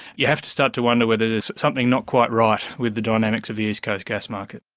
you have to start to wonder whether there's something not quite right with the dynamics of the east coast gas market.